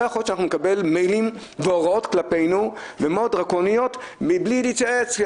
לא יכול להיות שנקבל מיילים והוראות מאוד דרקוניות כלפינו מבלי להתייעץ.